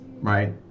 right